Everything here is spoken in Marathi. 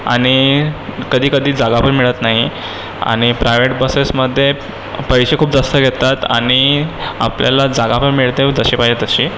आणि कधीकधी जागा पण मिळत नाही आणि प्रायवेट बसेसमध्ये पैसे खूप जास्त घेतात आणि आपल्याला जागा पण मिळते जशी पाहिजे तशी